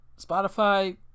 Spotify